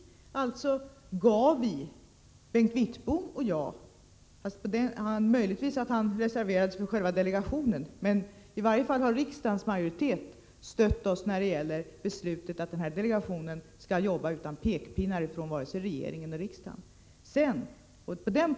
Bengt Wittbom och jag var alltså med om att ge vårt samtycke — det är dock möjligt att Bengt Wittbom reserverade sig när det gäller själva delegationen. I varje fall har en riksdagsmajoritet stött beslutet om att denna delegation skall jobba utan pekpinnar från vare sig regeringen eller riksdagen.